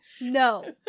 no